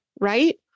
right